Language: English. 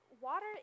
water